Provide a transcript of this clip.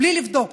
בלי לבדוק